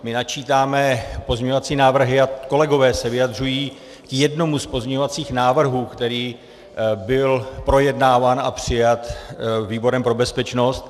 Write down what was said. My načítáme pozměňovací návrhy a kolegové se vyjadřují k jednomu z pozměňovacích návrhů, který byl projednáván a přijat výborem pro bezpečnost.